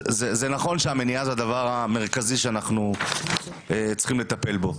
זה נכון שהמניעה זה הדבר המרכזי שאנחנו צריכים לטפל בו.